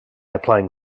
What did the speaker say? applying